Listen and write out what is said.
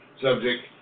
subject